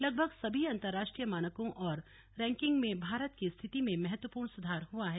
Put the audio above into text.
लगभग सभी अंतर्राष्ट्रीय मानकों और रैंकिंग में भारत की स्थिति में महत्व पूर्ण सुधार हुआ है